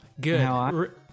Good